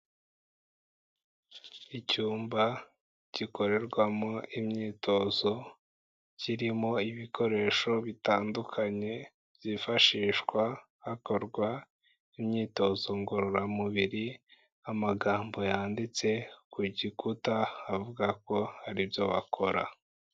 Icyumba gikorerwamo imyitozo kirimo ibikoresho bitandukanye byifashishwa hakorwa imyitozo ngororamubiri, amagambo yanditse ku gikuta avuga ko hari ibyo bakora.